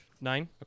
Nine